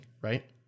right